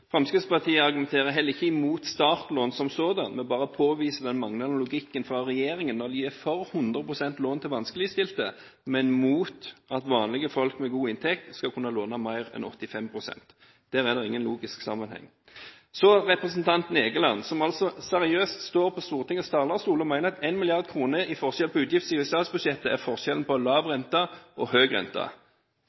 Fremskrittspartiet argumenterer heller ikke mot startlån som sådant, vi bare påviser den manglende logikken til regjeringen når de er for 100 pst. lån til vanskeligstilte, men mot at vanlige folk med god inntekt skal kunne låne mer enn 85 pst. Der er det ingen logisk sammenheng. Så til representanten Egeland som står på Stortingets talerstol og helt seriøst mener at 1 mrd. kr i forskjell på utgiftssiden i statsbudsjettet er forskjellen på lav rente og høy rente.